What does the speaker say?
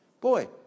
Boy